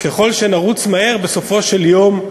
וככל שנרוץ מהר, בסופו של יום,